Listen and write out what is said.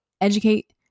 educate